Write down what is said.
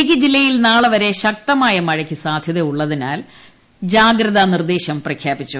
ഇടുക്കി ജില്ലയിൽ നാളെ വരെ ശക്തമായ മഴയ്ക്ക് സാധൃത ഉള്ളതിനാൽ ജാഗ്രതാ നിർദ്ദേശം പ്രഖ്യാപിച്ചു